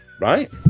Right